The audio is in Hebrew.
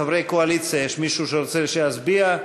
חברי הקואליציה, יש מישהו שרוצה שאני אצביע?